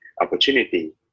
opportunity